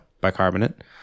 bicarbonate